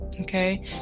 Okay